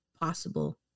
possible